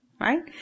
Right